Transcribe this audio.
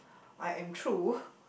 I am true